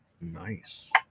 Nice